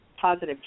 positive